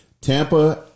Tampa